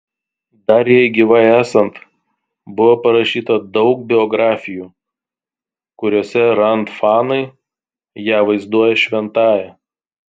dar jai gyvai esant buvo parašyta daug biografijų kuriose rand fanai ją vaizduoja šventąja